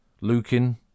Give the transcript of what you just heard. Lukin